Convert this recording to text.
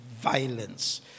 violence